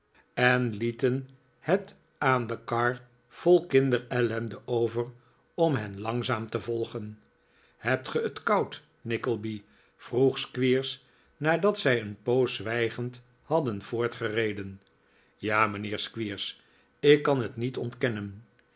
en lieten het aan de kar vol kinderellende over om hen langzaam te volgen hebt ge het koud nickleby vroeg squeers nadat zij een poos zwijgend hadden voortgereden ja mijnheer squeers ik kan het niet ontkennen